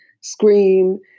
scream